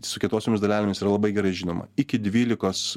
su kietosiomis dalelėmis yra labai gerai žinoma iki dvylikos